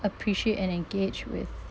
appreciate and engage with